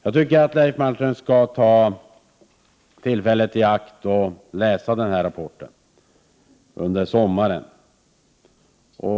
Jag tycker att Leif Marklund skall ta tillfället i akt och läsa denna rapport under sommaren.